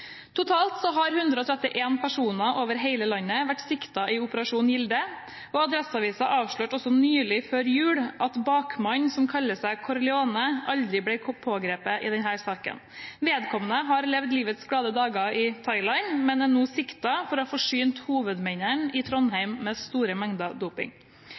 Totalt har 131 personer over hele landet vært siktet i Operasjon Gilde. Adresseavisen avslørte nylig – før jul – at bakmannen, som kaller seg Corleone, aldri ble pågrepet i denne saken. Vedkommende har levd livets glade dager i Thailand, men er nå siktet for å ha forsynt hovedmennene i Trondheim med store mengder